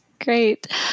Great